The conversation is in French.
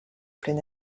plein